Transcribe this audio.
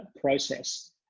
process